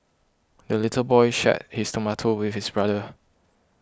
the little boy shared his tomato with his brother